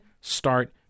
start